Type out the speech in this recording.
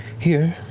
here,